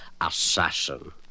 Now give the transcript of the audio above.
assassin